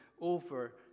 over